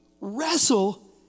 wrestle